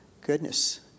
goodness